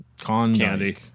candy